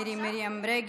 מירי מרים רגב,